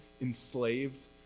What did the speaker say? enslaved